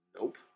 Nope